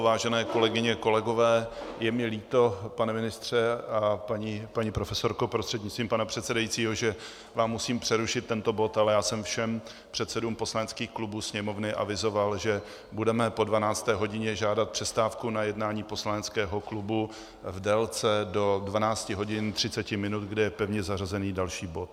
Vážené kolegyně, kolegové, je mi líto, pane ministře a paní profesorko prostřednictvím pana předsedajícího, že vám musím přerušit tento bod, ale já jsem všem předsedům poslaneckým klubům Sněmovny avizoval, že budeme po 12. hodině žádat přestávku na jednání poslaneckého klubu v délce do 12.30 hodin, kdy je pevně zařazen další bod.